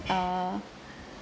err